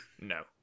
No